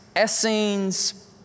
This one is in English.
Essenes